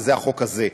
וזה החוק הזה,